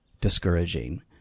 discouraging